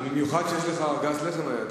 במיוחד כשיש לך ארגז לחם לידך.